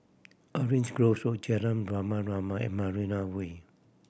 Orange Grove Road Jalan Rama Rama and Marina Way